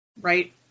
right